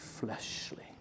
fleshly